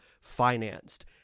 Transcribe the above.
financed